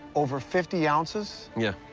over fifty ounces? yeah.